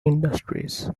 industries